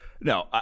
No